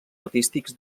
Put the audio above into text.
artístics